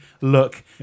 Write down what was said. look